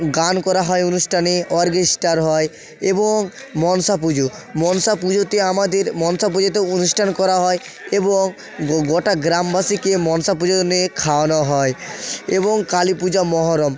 গান করা হয় অনুষ্ঠান অর্কেস্ট্রা হয় এবং মনসা পুজো মনসা পুজোতে আমাদের মনসা পুজোতে অনুষ্ঠান করা হয় এবং গোটা গ্রামবাসীকে মনসা পুজোতে খাওয়ানো হয় এবং কালী পূজা মহরম